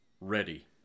ready